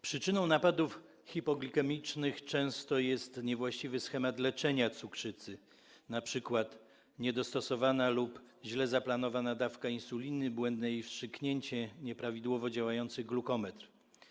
Przyczyną napadów hipoglikemicznych jest często niewłaściwy schemat leczenia cukrzycy, np. niedostosowana lub źle zaplanowana dawka insuliny, błędne jej wstrzyknięcie, nieprawidłowo działający glukometr.